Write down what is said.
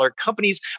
companies